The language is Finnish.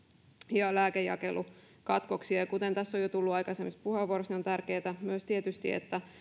ja lääkejakelukatkoksia kuten tässä on jo tullut esille aikaisemmissa puheenvuoroissa on myös tietysti tärkeätä että